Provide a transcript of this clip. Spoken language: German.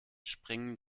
springen